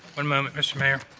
one moment, mr. mayor.